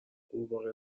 غورباغه